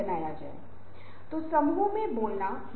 पहला है क्या आप असाइनमेंट की समय सीमा पूरी करते हैं